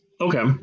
Okay